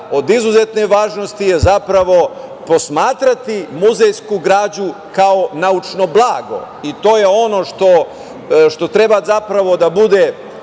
od izuzetne važnosti je zapravo posmatrati muzejsku građu kao naučno blago i to je ono što treba zapravo da bude